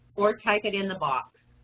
or type it in the box.